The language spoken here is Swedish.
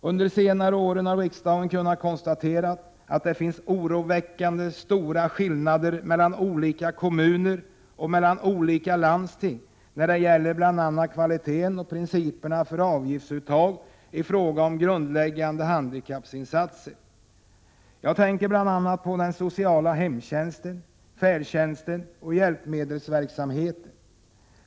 Under senare år har riksdagen kunnat konstatera att det finns oroväckande stora skillnader mellan olika kommuner och mellan olika landsting när det gäller bl.a. kvaliteten och principerna för avgiftsuttag i fråga om grundläggande handikappinsatser. Jag tänker bl.a. på den sociala hemtjänsten, färdtjänsten och hjälpmedelsverksamheten.